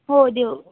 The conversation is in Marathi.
हो दिव्